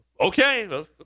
Okay